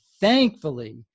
thankfully